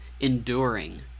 Enduring